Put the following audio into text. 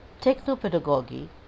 techno-pedagogy